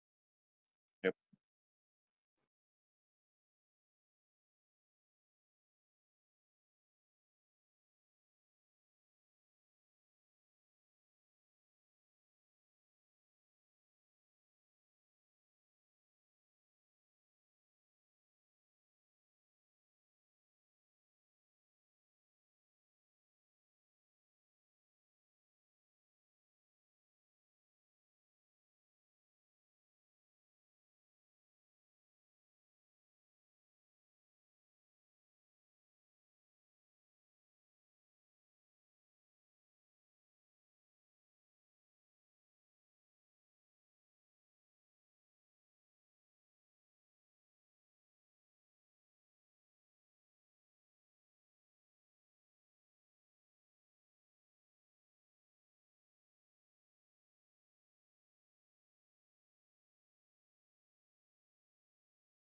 yup